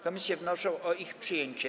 Komisje wnoszą o ich przyjęcie.